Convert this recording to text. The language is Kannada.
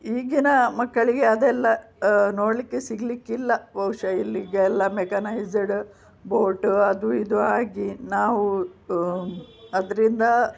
ಈಗಿನ ಮಕ್ಕಳಿಗೆ ಅದೆಲ್ಲ ನೋಡಲಿಕ್ಕೆ ಸಿಗ್ಲಿಕ್ಕಿಲ್ಲ ಬಹುಶಃ ಇಲ್ಲಿಗೆಲ್ಲ ಮೆಕನೈಜ್ಡ್ ಬೋಟ್ ಅದು ಇದು ಆಗಿ ನಾವು ಅದರಿಂದ